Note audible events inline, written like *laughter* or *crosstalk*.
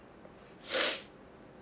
*breath*